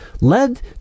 led